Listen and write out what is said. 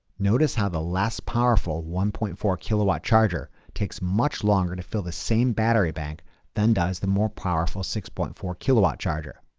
notice how the last powerful one point four kilowatt charger takes much longer to fill the same battery bank than does the more powerful six point four kilowatt charger?